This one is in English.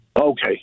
Okay